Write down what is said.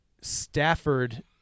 stafford